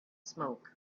smoke